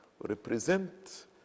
represent